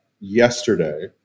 yesterday